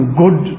good